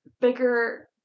bigger